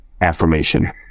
affirmation